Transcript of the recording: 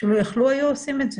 שאם יכלו היו עושים את זה.